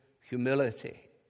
humility